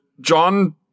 John